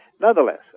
nonetheless